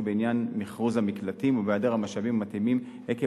בעניין מכרוז המקלטים ובהיעדר משאבים מתאימים עקב